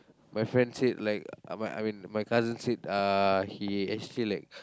my friend said like uh my I mean my cousin said uh he actually like